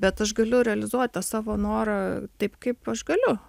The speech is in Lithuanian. bet aš galiu realizuot tą savo norą taip kaip aš galiu